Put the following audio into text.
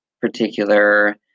particular